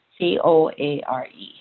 C-O-A-R-E